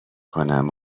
کنم